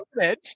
edge